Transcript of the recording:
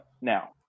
now